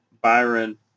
Byron